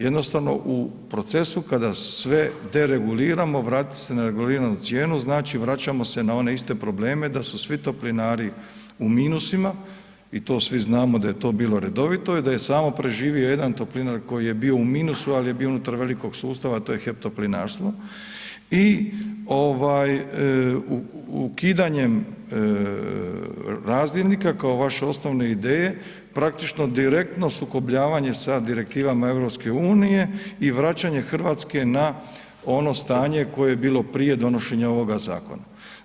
Jednostavno u procesu kada sve dereguliramo, vrati se na reguliranu cijenu, znači vraćamo se na one iste probleme da su svi toplinari u minusima i to svi znamo da je to bilo redovito i da je samo preživio jedan toplinar koji je bio u minusu ali je bio unutar velikog sustava a to je HEP toplinarstvo i ukidanjem razdjelnika kao vaše osnovne ideje, praktično direktno sukobljavanje sa direktivama EU-a i vraćane Hrvatske na ono stanje koje je bilo prije donošenja ovoga zakona.